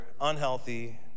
unhealthy